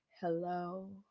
Hello